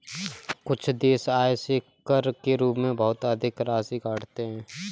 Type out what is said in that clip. कुछ देश आय से कर के रूप में बहुत अधिक राशि काटते हैं